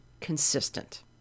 consistent